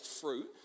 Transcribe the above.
fruit